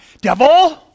Devil